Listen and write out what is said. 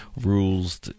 rules